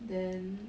then